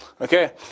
Okay